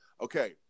Okay